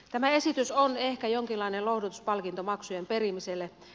tämä esitys on ehkä jonkinlainen lohdutuspalkinto maksujen perimiselle